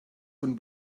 von